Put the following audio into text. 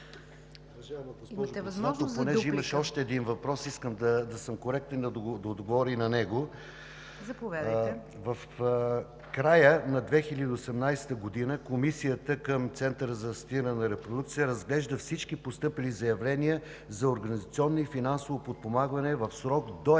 имате възможност за дуплика.